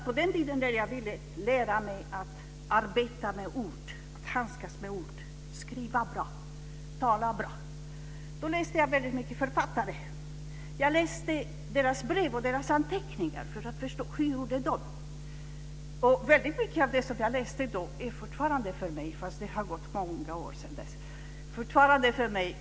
På den tiden när jag ville lära mig att arbeta med ord, handskas med ord, skriva bra och tala bra minns jag att jag läste många författares brev och anteckningar för att förstå hur de gjorde. Väldigt mycket av det som jag läste då är fortfarande, fast det har gått många år sedan dess, ett riktmärke för mig.